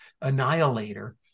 Annihilator